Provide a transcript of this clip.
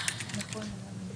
א(1).